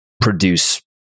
produce